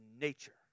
nature